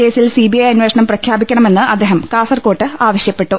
കേസിൽ സിബിഐ അന്വേഷണം പ്രഖ്യാപിക്കണമെന്ന് അദ്ദേഹം കാസർക്കോട്ട് ആവശ്യപ്പെട്ടു